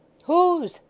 whose?